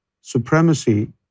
supremacy